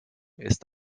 ist